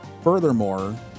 Furthermore